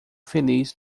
feliz